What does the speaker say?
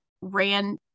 ran